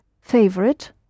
favorite